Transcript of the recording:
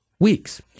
Weeks